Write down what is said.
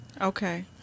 okay